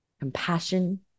compassion